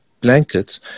blankets